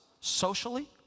socially